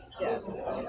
Yes